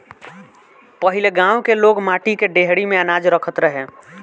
पहिले गांव के लोग माटी के डेहरी में अनाज रखत रहे